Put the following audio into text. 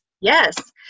Yes